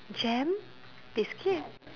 jam biscuit